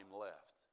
left